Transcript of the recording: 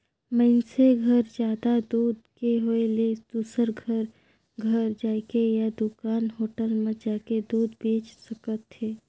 मइनसे घर जादा दूद के होय ले दूसर घर घर जायके या दूकान, होटल म जाके दूद बेंच सकथे